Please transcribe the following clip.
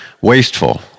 wasteful